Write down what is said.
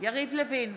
יריב לוין,